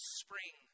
spring